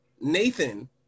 Nathan